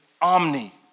omni